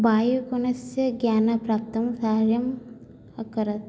वायुगुणस्य ज्ञानप्राप्तं सहजम् अकरोत्